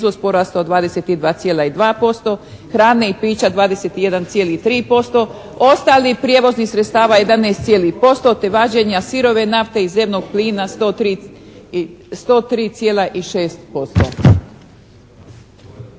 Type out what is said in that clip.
izvoz porastao 22,2%, hrane i pića 21,3%, ostalih prijevoznih sredstava 11 cijeli posto te važenja sirove nafte i zemnog plina 103,6%.